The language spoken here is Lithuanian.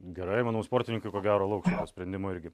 gerai manau sportininkai ko gero lauks šito sprendimo irgi